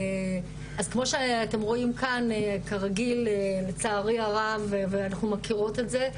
אז כמו שאתם רואים כאן כרגיל לצערי הרב ואנחנו מכירות את זה,